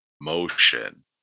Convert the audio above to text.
motion